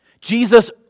Jesus